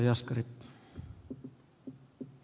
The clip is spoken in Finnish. arvoisa puhemies